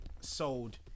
sold